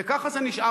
וככה זה נשאר,